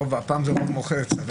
הפעם זה רוב מוחץ.